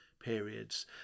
periods